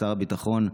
שר הביטחון,